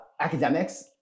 academics